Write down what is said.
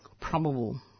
probable